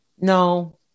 No